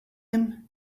him